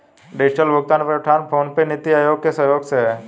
digital भुगतान platform PhonePe, नीति आयोग के सहयोग से है